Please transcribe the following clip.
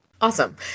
awesome